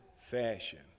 fashion